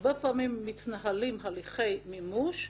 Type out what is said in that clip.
הרבה פעמים מתנהלים הליכי מימוש.